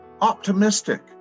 optimistic